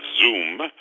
zoom